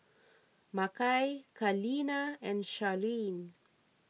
Makai Kaleena and Sharlene